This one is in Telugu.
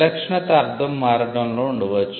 విలక్షణత అర్ధం మారడంలో ఉండవచ్చు